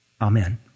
Amen